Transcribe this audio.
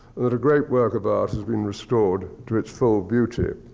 that a great work of art has been restored to its full beauty.